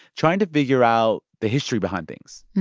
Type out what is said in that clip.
trying to figure out the history behind things.